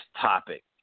topic